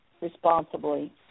responsibly